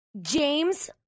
James